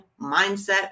mindset